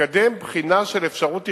לקדם בחינה של אפשרות תכנונית,